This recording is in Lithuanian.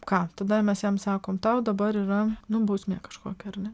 ką tada mes jiems sakom tau dabar yra nu bausmė kažkokia ar ne